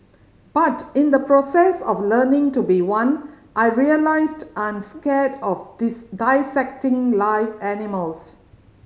but in the process of learning to be one I realised I'm scared of dissecting live animals